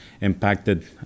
impacted